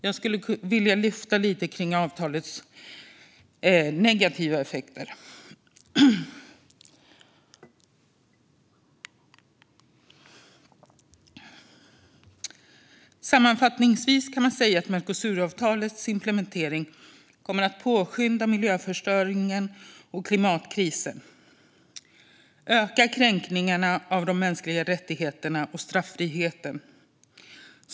Jag skulle vilja lyfta lite kring avtalets negativa effekter. Sammanfattningsvis kan man säga att Mercosuravtalets implementering kommer att påskynda miljöförstöringen och klimatkrisen och öka kränkningarna av de mänskliga rättigheterna och straffriheten.